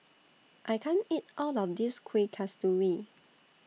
I can't eat All of This Kueh Kasturi